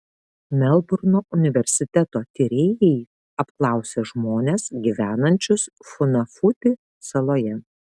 melburno universiteto tyrėjai apklausė žmones gyvenančius funafuti saloje